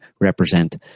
represent